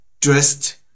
dressed